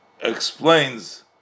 explains